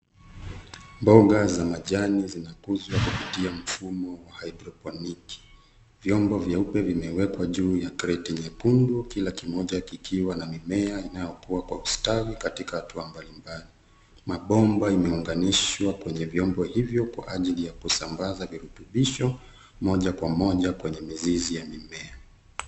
Mboga za majini zinakuzwa kupitia mfumo wa hidroponiki. Viungo vyeupe vimewekwa juu ya kreti nyekundu, kila kimoja kikiwa na mimea inayokuwa kwa ustawi katika hatua mbalimbali. Mabongwa imeunganishwa kwenye vyombo hivyo kwa ajili ya kusambaza virutubisho moja kwa moja kwenye mizizi ya mimea.